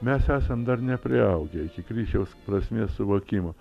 mes esam dar nepriaugę iki kryžiaus prasmės suvokimo